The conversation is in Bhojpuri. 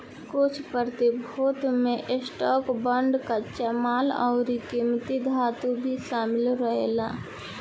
कुछ प्रतिभूति में स्टॉक, बांड, कच्चा माल अउरी किमती धातु भी शामिल रहेला